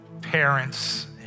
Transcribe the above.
parents